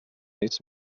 nits